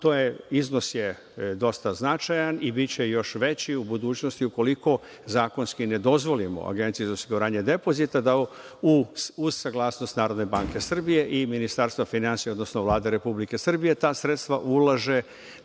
podacima, iznos je dosta značajan i biće još veći u budućnosti ukoliko zakonski ne dozvolimo Agenciji za osiguranje depozita da uz saglasnost NBS i Ministarstva finansija, odnosno Vlade Republike Srbije ta sredstva na